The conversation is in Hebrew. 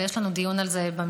ויש לנו דיון על זה במשרד.